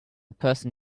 person